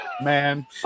man